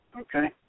okay